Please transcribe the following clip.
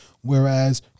whereas